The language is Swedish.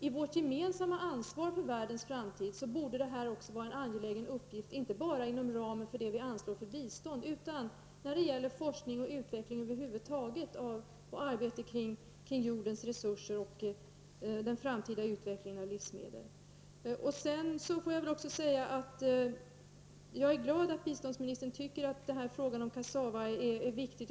I vårt gemensamma ansvar för världens framtid borde det här vara en angelägen uppgift inte bara inom ramen för det vi anslår för bistånd utan när det gäller forskning och utveckling över huvud taget och arbetet beträffande jordens resurser och den framtida utvecklingen av livsmedel. Jag är glad att biståndsministern tycker att frågan om kassava är viktig.